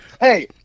Hey